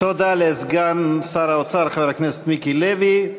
תודה לסגן שר האוצר חבר הכנסת מיקי לוי.